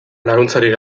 laguntzarik